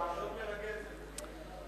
להיות מרגל זה חוקי?